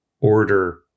order